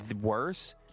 worse